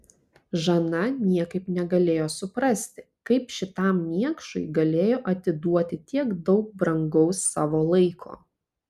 žana niekaip negalėjo suprasti kaip šitam niekšui galėjo atiduoti tiek daug brangaus savo laiko